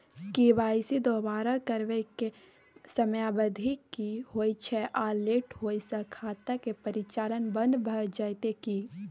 KYC दोबारा करबै के समयावधि की होय छै आ लेट होय स खाता के परिचालन बन्द भ जेतै की?